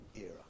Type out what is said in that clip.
era